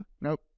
Nope